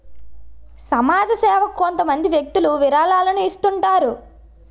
సమాజ సేవకు కొంతమంది వ్యక్తులు విరాళాలను ఇస్తుంటారు